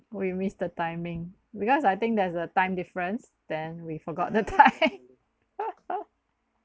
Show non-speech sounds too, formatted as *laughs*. we miss the timing because I think there's a time difference then we forgot the time *laughs*